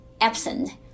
absent